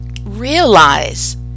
realize